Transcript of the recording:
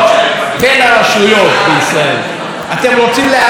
אתם רוצים להצר את מקומו של בית המשפט